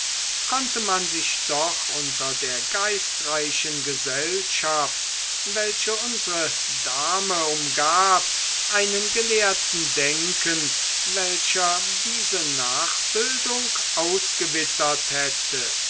konnte man sich doch unter der geistreichen gesellschaft welche unsre dame umgab einen gelehrten denken welcher diese nachbildung ausgewittert hätte